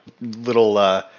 little